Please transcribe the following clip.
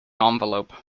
envelope